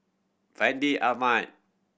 Fandi Ahmad